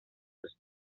sus